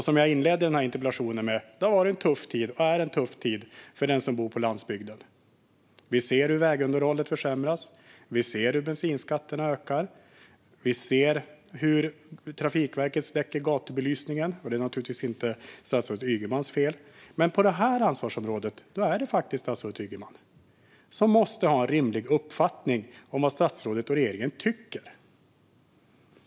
Som jag inledde med har det varit och är en tuff tid för den som bor på landsbygden. Vägunderhållet försämras, bensinskatten höjs och Trafikverket släcker gatubelysning. Det är inte statsrådet Ygemans fel. Men det här är hans ansvarsområde, och här måste han och regeringen ha en uppfattning.